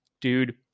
dude